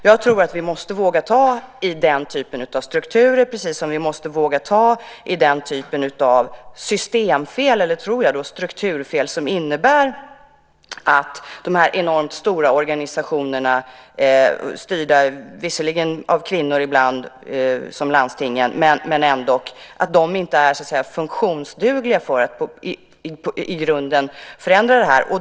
Jag tror att vi måste våga ta i den typen av strukturer, precis som vi måste våga ta i den typen av systemfel - strukturfel - som innebär att de enormt stora organisationerna, ibland visserligen styrda av kvinnor, till exempel landstingen, inte är funktionsdugliga för att i grunden förändra detta.